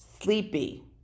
sleepy